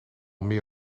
meer